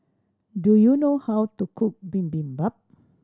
do you know how to cook Bibimbap